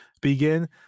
begin